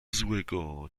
złego